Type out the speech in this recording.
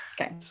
Okay